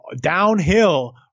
downhill